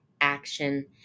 action